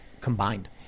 combined